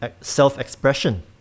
self-expression